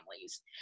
families